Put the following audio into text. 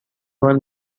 one